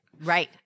Right